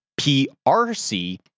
PRC